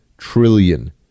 trillion